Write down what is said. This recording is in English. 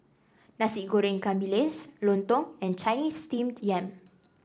Nasi Goreng Ikan Bilis lontong and Chinese Steamed Yam